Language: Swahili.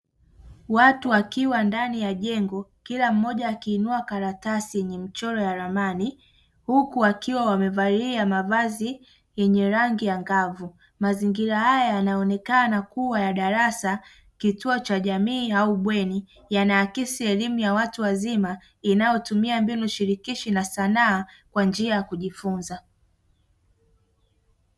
Watu wakiwa ndani ya jengo kila mmoja akiinua karatasi yenye rangi ya wakivalia mavazi yenye rangi angavu mazingira haya yanaonekana kuwa ya darasa kituo cha elimu au bweni yanaakisi elimu ya watu wazima inayotumia njia shirikishi na sanaa kwa ajili ya kujifunza.